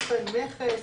סוכן מכס,